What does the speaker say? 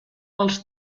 els